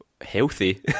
healthy